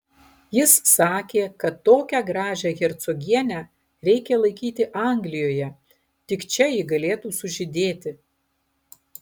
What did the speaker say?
jis sakė kad tokią gražią hercogienę reikia laikyti anglijoje tik čia ji galėtų sužydėti